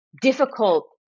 difficult